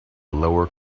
lower